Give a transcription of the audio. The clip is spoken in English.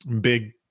big